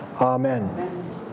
Amen